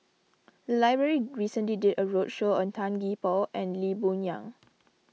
the library recently did a roadshow on Tan Gee Paw and Lee Boon Yang